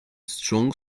strong